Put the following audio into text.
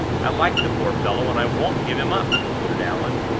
i like the poor fellow, and i won't give him up, concluded allan,